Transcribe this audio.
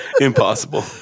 Impossible